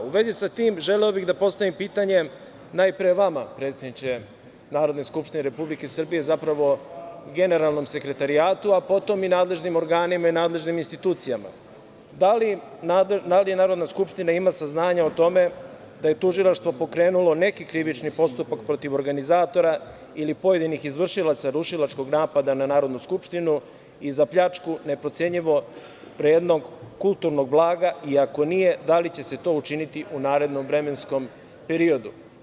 U vezi sa tim želeo bih da postavim pitanje najpre vama predsedniče Narodne skupštine Republike Srbije, zapravo generalnom sekretarijatu, a potom i nadležnim organima i nadležnim institucijama - da li Narodna skupština ima saznanja o tome da li je Tužilaštvo pokrenulo neki krivični postupak protiv organizatora ili pojedinih izvršilaca rušilačkog napada na Narodnu skupštinu i za pljačku neprocenjivo vrednog kulturnog blaga, i ako nije, da li će se to učiniti u narednom vremenskom periodu?